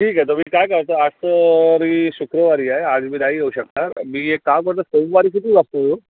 ठीक आहे तर मी काय करतो आज तर मी शुक्रवारी आहे आज मी नाही येऊ शकणार मी एक काम करतो सोमवारी किती वाजता येऊ